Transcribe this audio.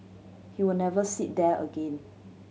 he will never sit there again